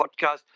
podcast